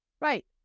Right